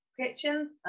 Kitchens